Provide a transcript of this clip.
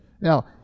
Now